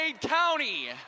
County